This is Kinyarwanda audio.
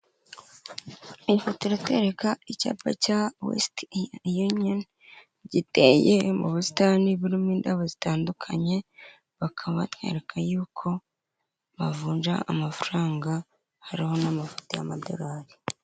Iyi foto iratwereka icyapa cya wesiti yuniyoni giteye mu busitani burimo indabo zitandukanye, bakaba batwereka yuko bavunja amafaranga, hariho n'amafoto y'amadorari.